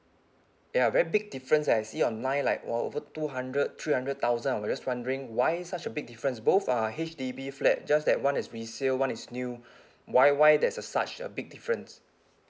ya very big difference eh I see online like !wow! over two hundred three hundred thousand I was just wondering why such a big difference both are H_D_B flat just that one is resale one is new why why there's a such a big difference